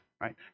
right